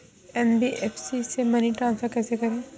NBFC से money transfer कैसे करें?